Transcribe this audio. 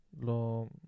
Lo